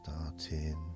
starting